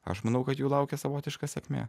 aš manau kad jų laukia savotiška sėkmė